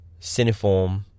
Cineform